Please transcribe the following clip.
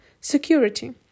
Security